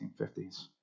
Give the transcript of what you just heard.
1950s